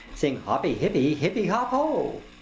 sing hoppy-hippy-hippy-hop-o!